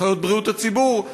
אחיות בריאות הציבור,